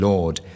Lord